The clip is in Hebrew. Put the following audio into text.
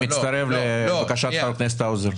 אני מצטרף לבקשת חבר הכנסת האוזר.